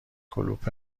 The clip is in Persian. کلوپ